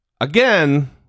Again